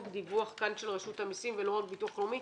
דיווח כאן של רשות המסים ולא רק ביטוח לאומי,